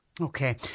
Okay